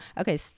Okay